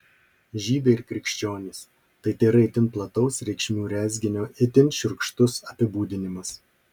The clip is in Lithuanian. žydai ir krikščionys tai tėra itin plataus reikšmių rezginio itin šiurkštus apibūdinimas